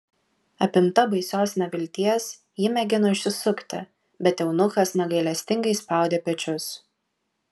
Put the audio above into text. apimta baisios nevilties ji mėgino išsisukti bet eunuchas negailestingai spaudė pečius